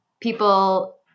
people